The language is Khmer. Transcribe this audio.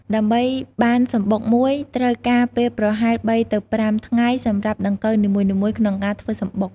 ដើម្បីបានសំបុកមួយ ត្រូវការពេលប្រហែល ៤ ទៅ ៥ ថ្ងៃសម្រាប់ដង្កូវនីមួយៗក្នុងការធ្វើសំបុក។